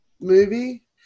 movie